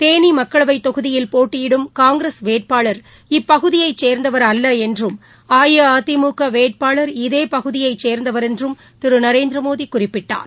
தேனிமக்களவைத் தொகுதியில் போட்டியிடும் காங்கிரஸ் வேட்பாளர் இப்பகுதியைச் சேர்ந்தவர் அல்லஎன்றும் அஇஅதிமுகவேட்பாளர் இதேபகுதியைச் சேர்ந்தவர் என்றும் திருநரேந்திரமோடிகுறிப்பிட்டார்